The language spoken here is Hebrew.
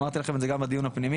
אמרתי לכם את זה גם בדיון הפנימי,